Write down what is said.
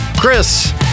Chris